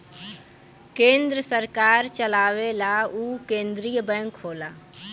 केन्द्र सरकार चलावेला उ केन्द्रिय बैंक होला